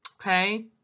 Okay